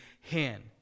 hand